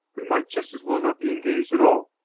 we might just as well not be engaged at all.